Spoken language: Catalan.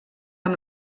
amb